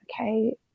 okay